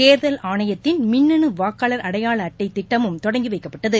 தேர்தல் ஆணையத்தின் மின்னணு வாக்காளர் அடையாள அட்டை திட்டமும் தொடங்கி வைக்கப்பட்டது